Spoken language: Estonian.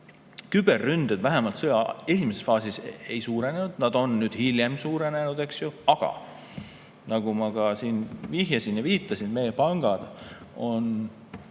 Küberründed vähemalt sõja esimeses faasis ei suurenenud, need on nüüd hiljem suurenenud. Aga ma siin [juba ennegi] vihjasin ja viitasin, et meie pangad on